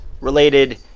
related